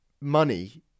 money